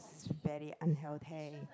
is very unhealthy